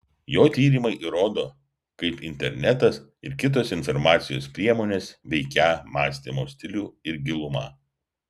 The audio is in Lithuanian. jo tyrimai įrodo kaip internetas ir kitos informacijos priemonės veikią mąstymo stilių ir gilumą